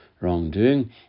wrongdoing